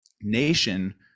nation